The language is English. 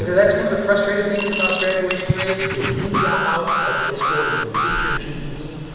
that's one of the frustrating things about graduation rate. if you drop out of high school and complete your ged,